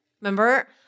Remember